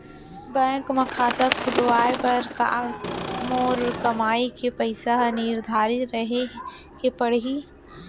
Bank म खाता खुलवाये बर का मोर कमाई के पइसा ह निर्धारित रहे के पड़ही?